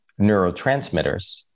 neurotransmitters